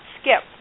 skip